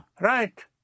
right